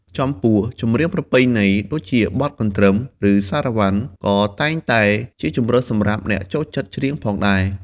ចំពោះ ចម្រៀងប្រពៃណី ដូចជាបទកន្រ្តឹម ឬសារ៉ាវ៉ាន់ ក៏តែងតេជាជម្រើសសម្រាប់អ្នកចូលចិត្តច្រៀងផងដែរ។